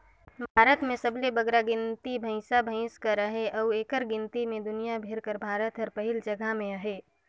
भारत में सबले बगरा गिनती भंइसा भंइस कर अहे अउ एकर गिनती में दुनियां भेर में भारत हर पहिल जगहा में अहे